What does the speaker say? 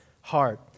heart